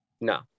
No